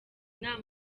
inama